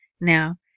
Now